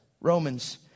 Romans